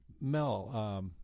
Mel